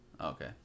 Okay